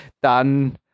dann